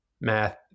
math